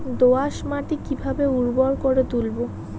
দোয়াস মাটি কিভাবে উর্বর করে তুলবো?